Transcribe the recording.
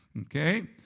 Okay